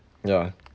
yeah